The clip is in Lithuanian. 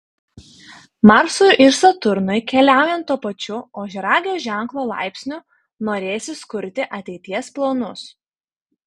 marsui ir saturnui keliaujant tuo pačiu ožiaragio ženklo laipsniu norėsis kurti ateities planus